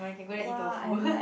!wah! I like